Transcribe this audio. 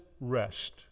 rest